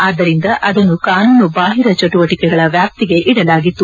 ಆದ್ದರಿಂದ ಅದನ್ನು ಕಾನೂನುಬಾಹಿರ ಚಟುವಟಿಕೆಗಳ ವ್ಯಾಪ್ತಿಗೆ ಸೇರಿಸಲಾಗಿತ್ತು